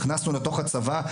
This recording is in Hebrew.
נכנסנו לתוך הצבא,